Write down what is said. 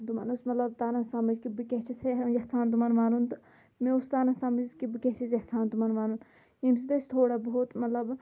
تِمَن اوس مطلَب تَران سَمٕجھ کہِ بہٕ کیاہ چھَس یَژھان تِمَن وَنُن تہٕ مےٚ اوس تَران سَمٕجھ کہِ بہٕ کیاہ چھَس یَژھان تِمَن وَنُن ییٚمہِ سۭتۍ اَسہِ تھوڑا بہت مطلب